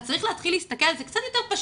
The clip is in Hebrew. אז צריך להסתכל על זה קצת יותר פשוט.